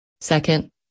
Second